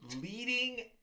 Leading